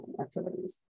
activities